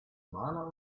maler